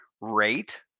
rate